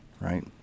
right